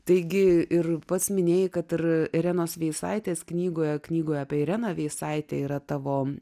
taigi ir pats minėjai kad ir irenos veisaitės knygoje knygoje apie ireną veisaitę yra tavo